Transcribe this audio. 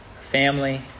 family